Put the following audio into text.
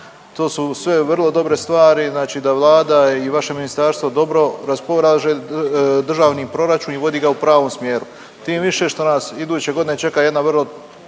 To su sve vrlo dobre stvari, znači da vlada i vaše ministarstvo dobro raspolaže državni proračun i vodi ga u pravom smjeru. Tim više što nas iduće godine čeka jedna vrlo